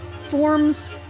forms